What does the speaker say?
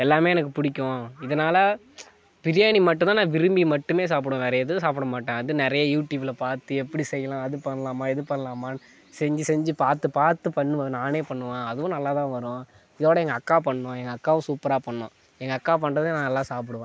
எல்லாம் எனக்கு பிடிக்கும் இதனால பிரியாணி மட்டும்தான் நான் விரும்பி மட்டும் சாப்பிடுவேன் வேறே எதுவும் சாப்பிட மாட்டேன் அது நிறைய யூடியூபபில் பார்த்து எப்படி செய்யலாம் அது பண்ணலாமா இது பண்ணலாமானு செஞ்சு செஞ்சு பார்த்து பார்த்து பண்ணுவேன் நானே பண்ணுவேன் அதுவும் நல்லாதான் வரும் இதோடய எங்கள் அக்கா பண்ணும் எங்கள் அக்காவும் சூப்பராக பண்ணும் எங்கள் அக்கா பண்ணுறத நான் நல்லா சாப்பிடுவேன்